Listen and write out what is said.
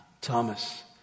Thomas